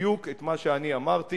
בדיוק את מה שאני אמרתי,